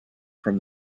from